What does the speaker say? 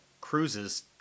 cruises